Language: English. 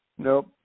Nope